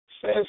says